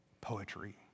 Poetry